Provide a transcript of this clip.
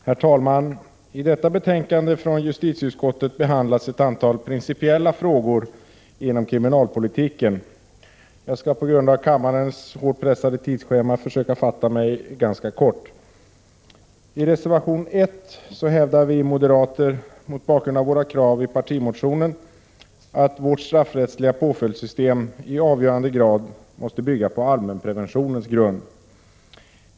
Herr talman! I detta betänkande från justitieutskottet behandlas ett antal principiella frågor inom kriminalpolitiken. På grund av kammarens hårt pressade tidsschema skall jag försöka att fatta mig ganska kort. I reservation 1 hävdar vi moderater, mot bakgrund av våra krav i partimotionen, att vårt straffrättsliga påföljdssystem i avgörande grad måste bygga på allmänpreventionens grund.